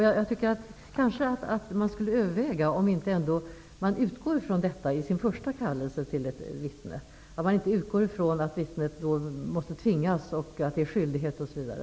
Jag tycker att man kanske skall överväga om man inte skall utgå från detta i den första kallelsen till ett vittne, att man inte utgår från att vittnet måste tvingas och att det är fråga om skyldighet, osv.